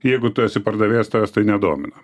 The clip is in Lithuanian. jeigu tu esi pardavėjas tavęs tai nedomina